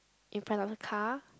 in front of the car